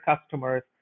customers